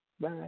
Bye